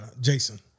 Jason